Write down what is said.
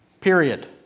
Period